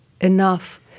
enough